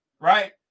right